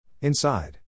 Inside